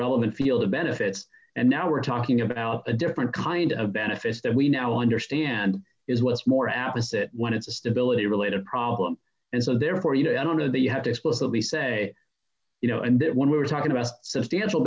relevant field of benefits and now we're talking about a different kind of benefits that we now understand is what's more apis one it's a stability related problem and so therefore you know i don't know that you have to explicitly say you know and that when we're talking about substantial